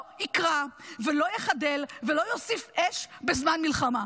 יקרע ולא יחדל ולא יוסיף אש בזמן מלחמה.